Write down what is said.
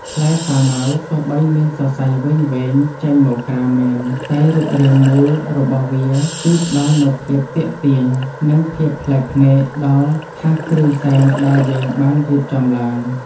ផ្លែសាវម៉ាវទោះបីមានសសៃវែងៗចេញមកក្រៅមែនតែរូបរាងមូលរបស់វាគឺផ្តល់នូវភាពទាក់ទាញ និង ភាពប្លែកភ្នែកដល់ថាសគ្រឿងសែនដែលយើងបានរៀបចំឡើង។